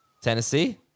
Tennessee